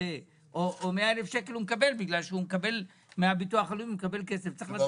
אז 100 אלף שקל הוא מקבל מהביטוח הלאומי בגלל שיש לו ילד נכה.